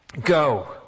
go